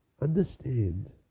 understand